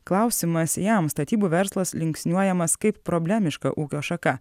klausimas jam statybų verslas linksniuojamas kaip problemiška ūkio šaka